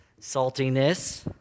saltiness